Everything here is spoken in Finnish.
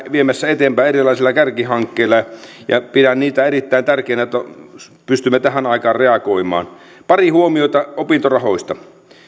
viemässä eteenpäin erilaisilla kärkihankkeilla pidän niitä erittäin tärkeinä jotta pystymme tähän aikaan reagoimaan pari huomiota opintorahoista